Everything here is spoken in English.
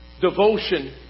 devotion